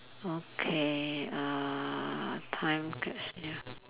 okay uh time capsule ya